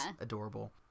adorable